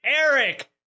Eric